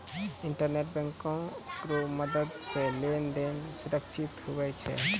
internet bank रो मदद से लेन देन सुरक्षित हुवै छै